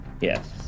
Yes